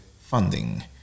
funding